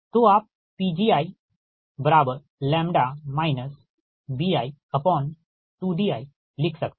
तो आप Pgiλ bi2di लिख सकते हैं